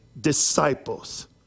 disciples